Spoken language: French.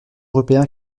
européens